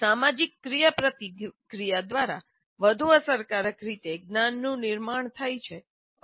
એક સામાજિક ક્રિયાપ્રતિક્રિયા દ્વારા વધુ અસરકારક રીતે જ્ઞાનનું નિર્માણ થાય છે